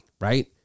right